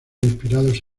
inspirados